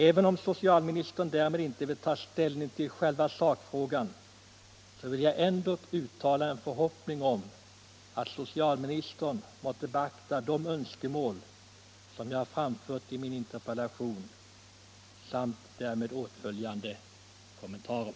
Även om socialministern därmed inte vill ta ställning till själva sakfrågan vill jag uttala en förhoppning om att han måtte beakta de önskemål som jag framfört i min interpellation samt därmed åtföljande kommentarer.